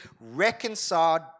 reconciled